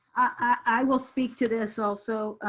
i will speak to this also.